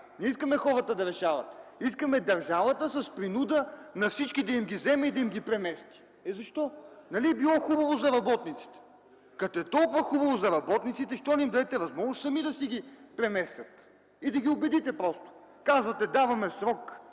не искаме хората да решават, искаме държавата с принуда на всички да им ги вземе и да ги премести. Защо?! Нали било хубаво за работниците! Като е толкова хубаво за работниците, защо не им дадете възможност сами да си ги преместят и просто да ги убедите. Казвате: даваме срок